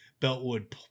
beltwood